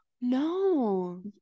No